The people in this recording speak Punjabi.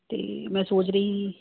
ਅਤੇ ਮੈਂ ਸੋਚ ਰਹੀ ਸੀ